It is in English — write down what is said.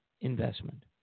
investment